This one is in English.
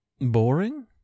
boring